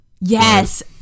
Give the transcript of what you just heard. Yes